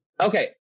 Okay